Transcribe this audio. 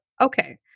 okay